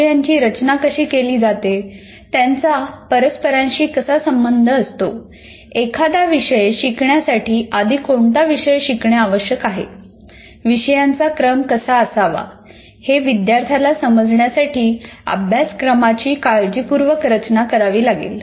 विषयांची रचना कशी केली जाते त्यांचा परस्परांशी कसा संबंध असतो एखादा विषय शिकण्यासाठी आधी कोणता विषय शिकणे आवश्यक आहे विषयांचा क्रम कसा असावा हे विद्यार्थ्याला समजण्यासाठी अभ्यासक्रमाची काळजीपूर्वक रचना करावी लागेल